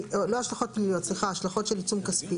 לא השלכות פליליות, סליחה, השלכות של עיצום כספי.